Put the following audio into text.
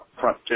front